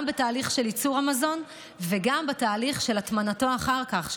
גם בתהליך של ייצור המזון וגם בתהליך של הטמנתו אחר כך,